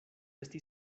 esti